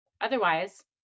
Otherwise